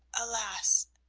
alas,